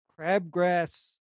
crabgrass